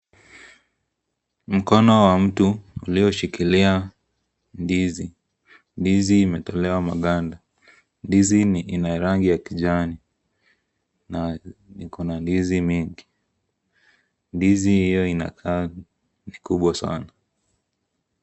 Mkono wa mtu ulioshikilia ndizi, ndizi imetolewa maganda ndizi ina rangi ya kijani na ikona ndizi mingi, ndizi hio inakaa ni kubwa sana.